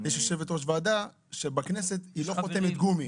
יש יושבת ראש ועדה, שבכנסת היא לא חותמת גומי.